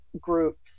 groups